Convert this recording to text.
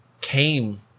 came